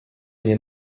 nie